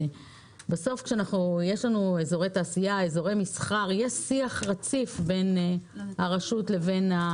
בסוף כשיש לנו אזורי תעשייה ומסחר יש שיח רציף בין הרשות לבין ה